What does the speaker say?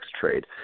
trade